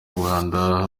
rwanda